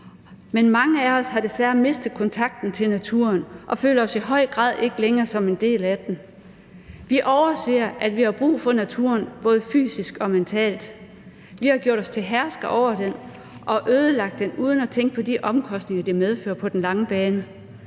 men mange af os har desværre mistet kontakten til naturen og føler os i høj grad ikke længere som en del af den. Vi overser, at vi har brug for naturen, både fysisk og mentalt. Vi har gjort os til herskere over den og ødelagt den uden at tænke på de omkostninger, det medfører på den lange bane.